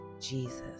Jesus